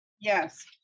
yes